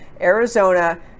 Arizona